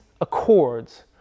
accords